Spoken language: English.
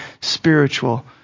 spiritual